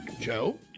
Joe